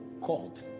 called